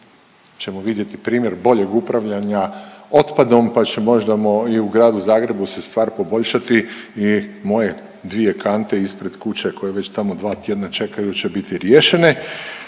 ćemo vidjeti primjer boljeg upravljanja otpadom pa će možda mo i u gradu Zagrebu se stvar poboljšati i moje dvije kante ispred kuće koje već tamo dva tjedna čekaju će biti riješene